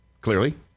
clearly